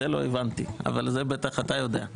זה לא הבנתי אבל את זה בטח אתה יודע.